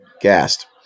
gassed